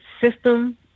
system